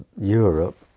Europe